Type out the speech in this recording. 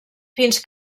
fins